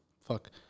fuck